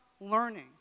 learning